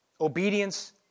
Obedience